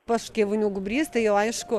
pats škyvonių gubrys tai jau aišku